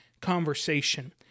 conversation